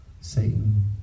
Satan